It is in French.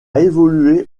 évolué